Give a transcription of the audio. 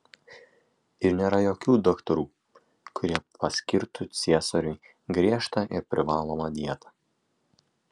ir nėra jokių daktarų kurie paskirtų ciesoriui griežtą ir privalomą dietą